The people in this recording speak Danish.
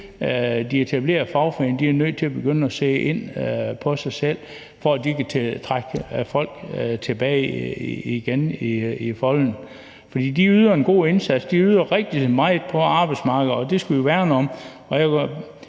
de etablerede fagforeninger er nødt til at se på; se ind på sig selv, for at de kan trække folk tilbage ind i folden igen. For de yder en god indsats. De yder rigtig meget på arbejdsmarkedet, og det skal vi værne om,